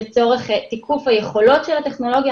לצורך תיקוף היכולות של הטכנולוגיה,